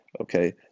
Okay